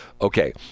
Okay